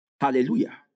Hallelujah